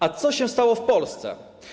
A co się stało w Polsce?